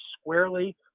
squarely